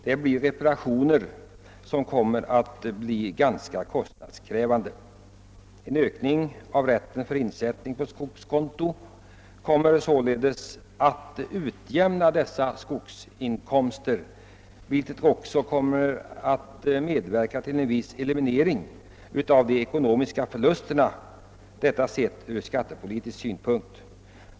Det blir reparationer som kommer att visa sig ganska kostnadskrä vande. En ökning av rätten till insättning på skogskonto kommer att utjämna skogsinkomsterna, vilket kommer att medverka till en viss eliminering av de ekonomiska förlusterna, sett ur skattesynpunkt.